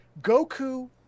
Goku